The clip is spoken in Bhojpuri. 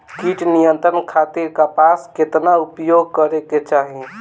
कीट नियंत्रण खातिर कपास केतना उपयोग करे के चाहीं?